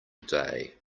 day